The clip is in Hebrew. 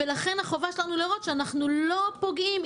לכן החובה שלנו לראות שאנחנו לא פוגעים.